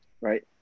right